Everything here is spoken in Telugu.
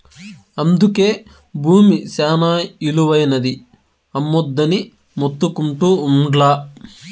అందుకే బూమి శానా ఇలువైనది, అమ్మొద్దని మొత్తుకుంటా ఉండ్లా